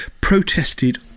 protested